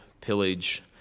pillage